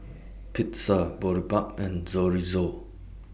Pizza Boribap and